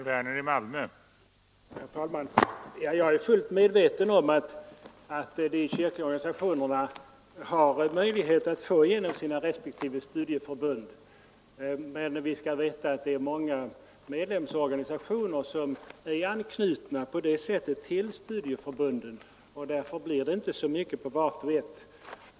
Herr talman! Jag är fullt medveten om att de kyrkliga organisationerna har möjligheter att få bidrag genom sina respektive studieförbund. Men vi skall veta att det är många medlemsorganisationer som på det sättet är anknutna till studieförbunden, och därför blir det inte så mycket till varje organisation.